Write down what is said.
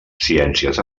ciències